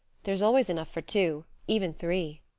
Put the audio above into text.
there's always enough for two even three.